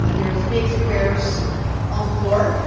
ah there's big squares on the floor.